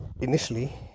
initially